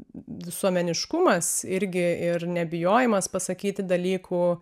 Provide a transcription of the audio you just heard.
visuomeniškumas irgi ir nebijojimas pasakyti dalykų